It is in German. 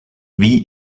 wie